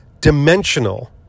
dimensional